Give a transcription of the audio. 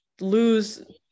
lose